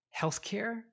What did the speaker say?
healthcare